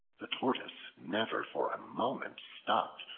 the tortoise never for a moment stopped,